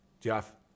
jeff